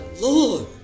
Lord